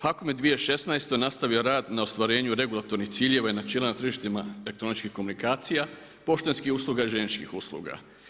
HAKOM je 2016. nastavio rad na ostvarenju regulatornih ciljeva i načela na tržištima elektroničkih komunikacija, poštanskih usluga i željezničkih usluga.